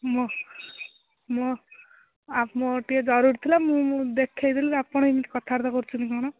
ମୋ ମୋ ଆ ମୋର ଟିକେ ଜରୁରୀ ଥିଲା ମୁଁ ମୁଁ ଦେଖାଇଦେଲି ଆପଣ ଏମିତି କଥାବାର୍ତ୍ତା କରୁଛନ୍ତି କ'ଣ